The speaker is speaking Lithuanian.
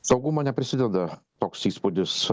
saugumo neprisideda toks įspūdis